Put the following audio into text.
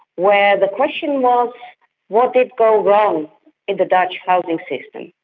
where the question was what did go wrong in the dutch housing system?